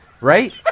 right